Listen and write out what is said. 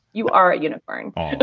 you are a unicorn oh,